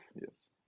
yes